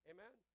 Amen